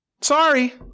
Sorry